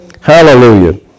Hallelujah